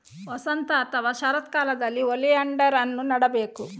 ವಸಂತ ಅಥವಾ ಶರತ್ಕಾಲದಲ್ಲಿ ಓಲಿಯಾಂಡರ್ ಅನ್ನು ನೆಡಬೇಕು